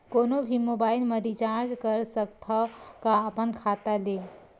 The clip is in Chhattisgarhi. कोनो भी मोबाइल मा रिचार्ज कर सकथव का अपन खाता ले?